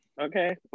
okay